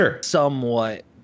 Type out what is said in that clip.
somewhat